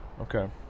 Okay